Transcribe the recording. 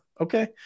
Okay